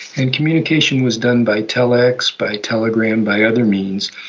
and communication was done by telex, by telegram, by other means,